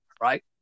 right